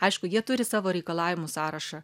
aišku jie turi savo reikalavimų sąrašą